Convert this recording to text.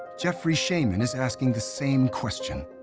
jeffrey shaman is asking the same question.